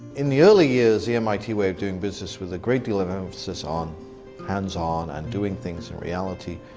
in the early years, the mit way of doing business, with a great deal of emphasis on hands on and doing things in reality,